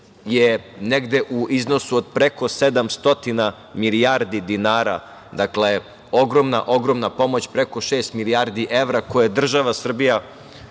je negde u iznosu od preko 700 milijardi dinara. Dakle, ogromna, ogromna pomoć, preko šest milijardi evra, koje je država Srbija